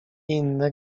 inne